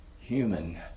human